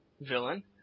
villain